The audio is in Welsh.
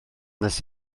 wnes